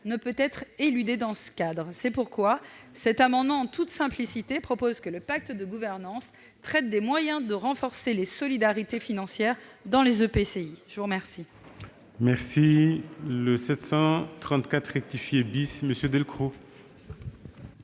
ne peut être éludée dans ce cadre. C'est pourquoi cet amendement, en toute simplicité, tend à garantir que le pacte de gouvernance traite des moyens de renforcer les solidarités financières dans les EPCI. La parole